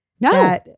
No